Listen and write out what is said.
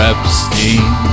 Epstein